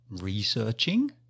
researching